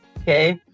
okay